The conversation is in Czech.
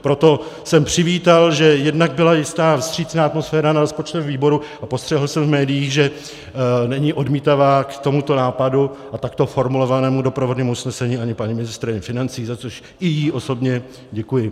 Proto jsem přivítal, že jednak byla jistá vstřícná atmosféra na rozpočtovém výboru, a postřehl jsem v médiích, že není odmítavá k tomuto nápadu a takto formulovanému doprovodnému usnesení ani paní ministryně financí, za což i jí osobně děkuji.